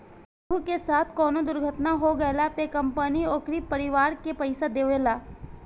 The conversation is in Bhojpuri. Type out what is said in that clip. केहू के साथे कवनो दुर्घटना हो गइला पे कंपनी उनकरी परिवार के पईसा देवेला